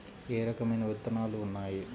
ఏ రకమైన విత్తనాలు ఉన్నాయి?